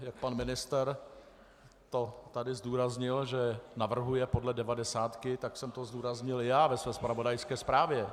Jak pan ministr tady zdůraznil, že navrhuje podle devadesátky, tak jsem to zdůraznil i já ve své zpravodajské zprávě.